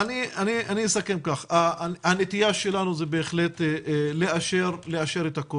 עצם זה שמתחיל משהו, זה כבר דבר חשוב.